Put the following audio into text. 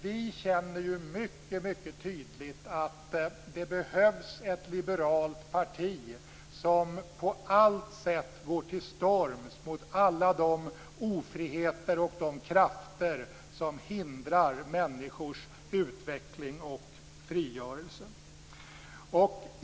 Vi känner mycket tydligt att det behövs ett liberalt parti som på allt sätt går till storms mot alla de ofriheter och krafter som hindrar människors utveckling och frigörelse.